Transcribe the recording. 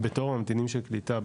בתור הממתינים של קליטה,